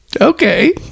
Okay